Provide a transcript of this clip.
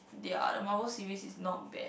yeah the Marvel series is not bad